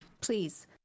Please